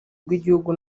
rw’igihugu